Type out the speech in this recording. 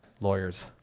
lawyers